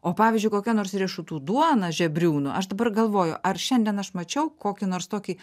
o pavyzdžiui kokia nors riešutų duona žebriūno aš dabar galvoju ar šiandien aš mačiau kokį nors tokį